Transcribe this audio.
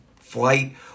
flight